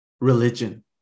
religion